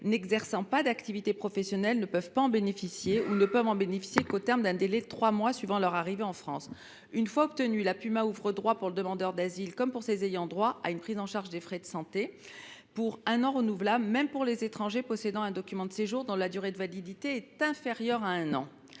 n’exerçant pas d’activité professionnelle ne peuvent en bénéficier qu’au terme d’un délai de trois mois suivant leur arrivée en France. Une fois obtenue, la PUMa ouvre droit, pour le demandeur d’asile comme pour ses ayants droit, à la prise en charge des frais de santé pendant un an renouvelable, et ce même pour les étrangers possédant un document de séjour dont la durée de validité est inférieure à un an.